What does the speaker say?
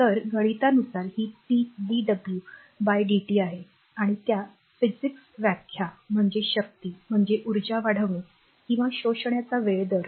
तर गणितानुसार ही P dw DW by dt DT आहे आणि त्या physics भौतिकशास्त्रामधून व्याख्या म्हणजे शक्ती म्हणजे ऊर्जा वाढवणे किंवा शोषण्याचा वेळ दर